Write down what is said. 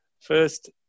first